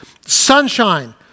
sunshine